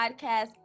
podcast